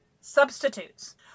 substitutes